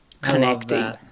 connecting